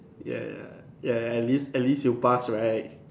ya ya ya ya ya at least at least you passed right